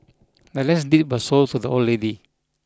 the land's deed was sold to the old lady